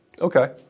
Okay